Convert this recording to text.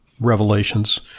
revelations